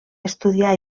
estudià